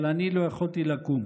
אבל אני לא יכולתי לקום.